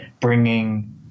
bringing